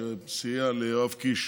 שסייע ליואב קיש